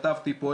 כתבתי פה,